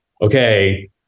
Okay